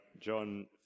John